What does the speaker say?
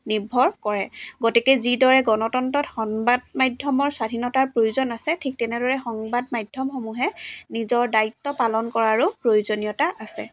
নিৰ্ভৰ কৰে গতিকে যিদৰে গণতন্ত্ৰত সংবাদ মাধ্যমৰ স্বাধীনতাৰ প্ৰয়োজন আছে ঠিক তেনেদৰে সংবাদ মাধ্যমসমূহে নিজৰ দায়িত্ব পালন কৰাৰো প্ৰয়োজনীয়তা আছে